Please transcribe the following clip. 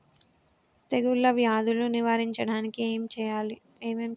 తెగుళ్ళ వ్యాధులు నివారించడానికి ఏం చేయాలి?